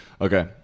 okay